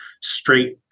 straight